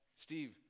Steve